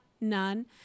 none